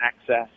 access